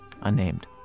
unnamed